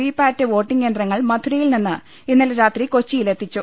V PAT voting യന്ത്രങ്ങൾ മധുരയിൽനിന്ന് ഇന്നലെ രാത്രി കൊച്ചിയിൽ എത്തിച്ചു